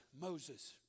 Moses